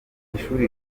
ishuri